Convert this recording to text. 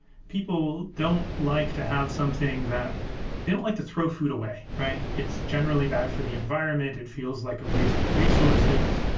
people don't like to have something that they don't like to throw food away. it's generally bad for the environment. it feels like a waste of resources.